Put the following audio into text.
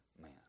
man